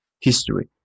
history